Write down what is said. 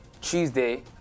Tuesday